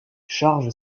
charge